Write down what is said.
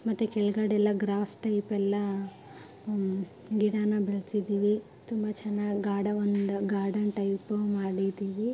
ಮತ್ತು ಕೆಳ್ಗಡೆ ಎಲ್ಲ ಗ್ರಾಸ್ ಟೈಪೆಲ್ಲ ಗಿಡಾನ ಬೆಳ್ಸಿದೀವಿ ತುಂಬ ಚೆನ್ನಾಗ್ ಗಾಡವಂದು ಗಾರ್ಡನ್ ಟೈಪು ಮಾಡಿದೀವಿ